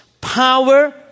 power